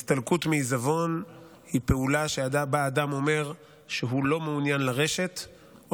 הסתלקות מעיזבון היא פעולה שבא אדם ואומר שהוא לא מעוניין לרשת או